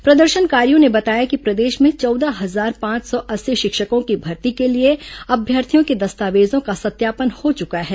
प्रदर्शनकारियों ने बताया कि प्रदेश में चौदह हजार पांच सौ अस्सी शिक्षकों की भर्ती के लिए अभ्यर्थियों के दस्तावेजों का सत्यापन हो चुका है